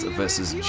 versus